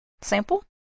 Sample